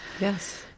Yes